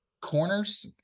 corners